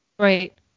Right